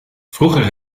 vroeger